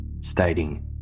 stating